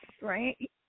right